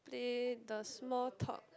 play the small talk